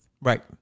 Right